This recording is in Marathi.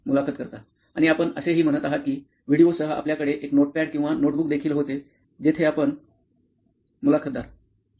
मुलाखत कर्ता आणि आपण असेही म्हणत आहात की व्हिडिओसह आपल्याकडे एक नोटपॅड किंवा नोटबुक देखील होते जेथे आपण मुलाखतदार होय